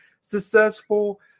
successful